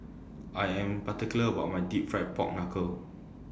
I Am particular about My Deep Fried Pork Knuckle